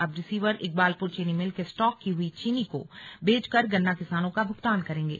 अब रिसीवर इकबालपुर चीनी मिल से स्टॉक की हुई चीनी को बेचकर गन्ना किसानों का भुगतान करेंगे